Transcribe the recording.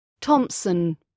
Thompson